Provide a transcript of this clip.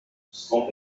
cent